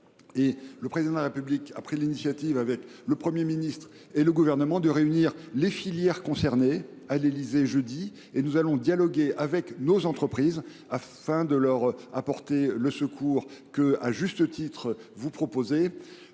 Le Président de la République a pris l’initiative, avec le Premier ministre et le Gouvernement, de réunir les filières concernées à l’Élysée jeudi prochain. Nous dialoguerons avec nos entreprises afin de leur apporter le secours que vous proposez